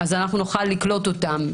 נוכל לקלוט אותם.